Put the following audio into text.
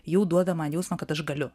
jau duoda man jausmą kad aš galiu